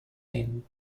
inn